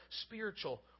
spiritual